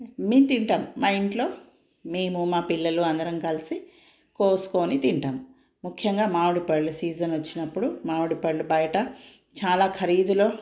అన్నీ తింటాం మా ఇంట్లో మేము మా పిల్లలు అందరం కలిసి కోసుకుని తింటాం ముఖ్యంగా మామిడిపళ్ళు సీజన్ వచ్చినప్పుడు మామిడిపళ్ళు బయట చాలా ఖరీదులో